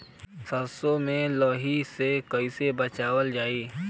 सरसो में लाही से कईसे बचावल जाई?